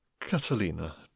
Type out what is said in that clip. Catalina